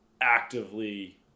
actively